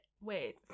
Wait